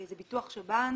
זה ביטוח שב"ן.